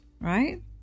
right